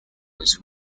was